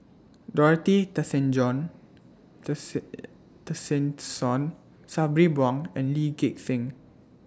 Dorothy Tessen John Tessensohn Sabri Buang and Lee Gek Seng